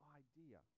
idea